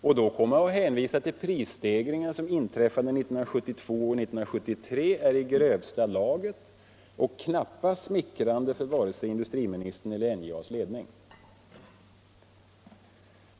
Att då komma och hänvisa till prisstegringar som inträffade 1972 och 1973 är i grövsta laget och knappast smickrande för vare sig industriministern eller NJA:s ledning.